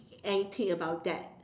anything about that